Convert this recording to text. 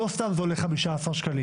לא סתם זה עולה 15 שקלים.